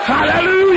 Hallelujah